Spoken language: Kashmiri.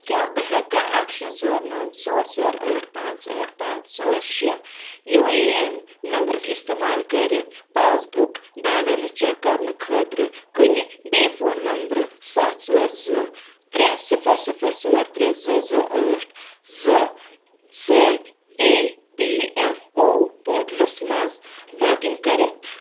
کیٛاہ بہٕ ہٮ۪کا اکھ شےٚ ژور نَو ژور ژور ٲٹھ پانٛژھ ٲٹھ پانٛژھ ژور شےٚ یوٗ اے اٮ۪ن نمبرُک اِستعمال کٔرِتھ پاس بُک بیلَنٕس چٮ۪ک کرنہٕ خٲطرٕ کُنہِ بیٚیہِ فون نمبر سَتھ ژور زٕ ترٛےٚ صِفر صِفر ژور ترٛےٚ زٕ زٕ ٲٹھ زٕ سۭتۍ E P F O portals منٛز لاگ اِن کٔرِتھ